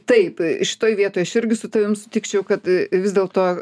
taip šitoj vietoj aš irgi su tavim sutikčiau kad vis dėlto